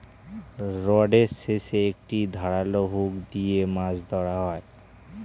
রডের শেষে একটি ধারালো হুক দিয়ে মাছ ধরা হয়